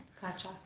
Gotcha